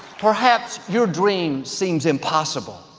perhaps your dream seems impossible.